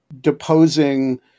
deposing